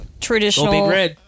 traditional